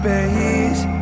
Space